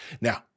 Now